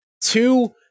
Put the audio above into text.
Two